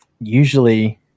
Usually